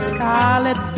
Scarlet